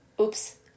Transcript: Oops